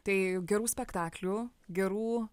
tai gerų spektaklių gerų